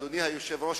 אדוני היושב-ראש,